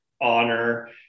honor